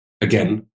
again